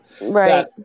right